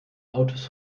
autos